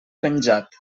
penjat